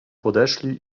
podeszli